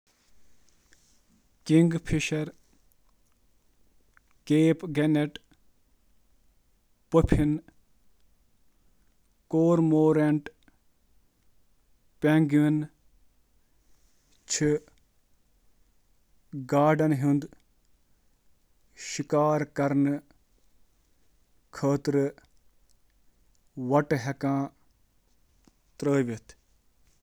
آ، واریاہ جاناوار چھِ گاڈٕ رٹنہٕ خٲطرٕ غوطہ لگاوان، یِمَن منٛز gannets, pelicans, kingfisher, cormorants, penguin تہٕ ڈائیونگ بطخ شٲمِل چھِ۔